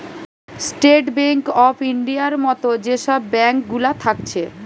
state bank of ইন্ডিয়ার মত যে সব ব্যাঙ্ক গুলা থাকছে